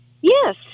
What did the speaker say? Yes